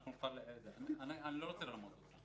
אני שואל שוב --- אני לא רוצה לומר לך.